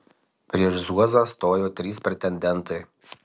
prieš zuozą stojo trys pretendentai